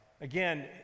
Again